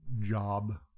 job